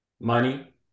money